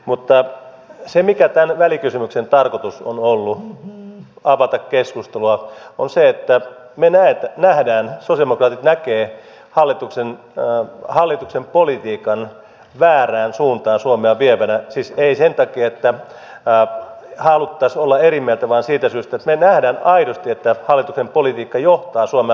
mutta se tarkoitus mikä tällä välikysymyksellä on ollut avata keskustelua on se että me näemme sosialidemokraatit näkevät hallituksen politiikan suomea väärään suuntaan vievänä siis ei sen takia että haluaisimme olla eri mieltä vaan siitä syystä että me näemme aidosti että hallituksen politiikka johtaa suomea väärään suuntaan